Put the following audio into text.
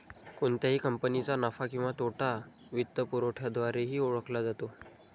कोणत्याही कंपनीचा नफा किंवा तोटा वित्तपुरवठ्याद्वारेही ओळखला जातो